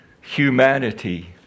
humanity